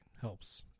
helps